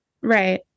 Right